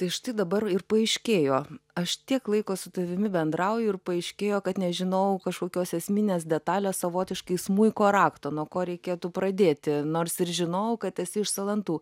tai štai dabar ir paaiškėjo aš tiek laiko su tavimi bendrauju ir paaiškėjo kad nežinojau kažkokios esminės detalės savotiškai smuiko rakto nuo ko reikėtų pradėti nors ir žinojau kad esi iš salantų